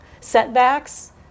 setbacks